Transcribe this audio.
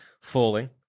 falling